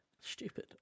stupid